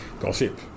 Gossip